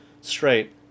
straight